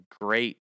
great